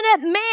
man